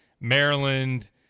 Maryland